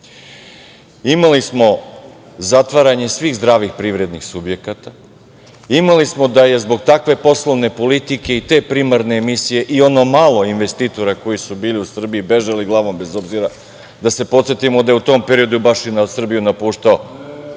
imali smo zatvaranje svih zdravih privrednih subjekata, imali smo da je zbog takve poslovne politike i te primarne emisije i ono malo investitora koji su bili u Srbiji bežali glavom bez obzira, da se podsetimo da je u tom periodu Srbiju napuštao